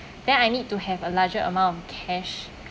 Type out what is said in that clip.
then I need to have a larger amount of cash